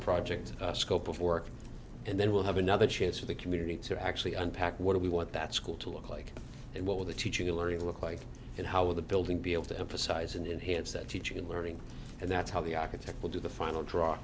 project scope of work and then we'll have another chance for the community to actually unpack what do we want that school to look like and what will the teaching learning look like and how the building be able to emphasize and enhanced that teaching and learning and that's how the architect will do the final draw